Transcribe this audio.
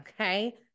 okay